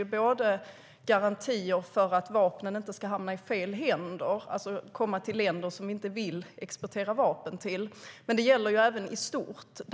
Det gäller garantier för att vapnen inte ska hamna i fel händer, det vill säga hamna i länder som vi inte vill exportera vapen till, och även i stort.